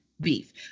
beef